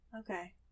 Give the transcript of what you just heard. okay